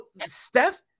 Steph